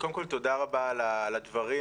קודם כל תודה רבה על הדברים,